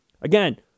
Again